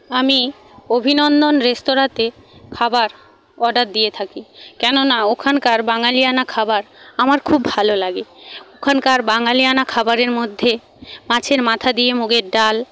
আমি অভিনন্দন রেঁস্তোরাতে খাবার অর্ডার দিয়ে থাকি কেননা ওখানকার বাঙালিয়ানা খাবার আমার খুব ভালো লাগে ওখানকার বাঙালিয়ানা খাবারের মধ্যে মাছের মাথা দিয়ে মুগের ডাল